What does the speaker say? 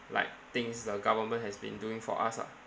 like things the government has been doing for us lah